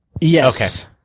Yes